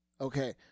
Okay